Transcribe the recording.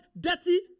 dirty